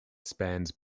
spans